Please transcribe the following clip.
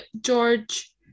George